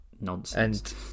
Nonsense